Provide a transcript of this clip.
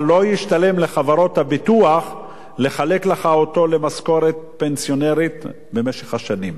אבל לא ישתלם לחברות הביטוח לחלק לך אותו למשכורת פנסיונית במשך השנים.